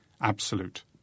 absolute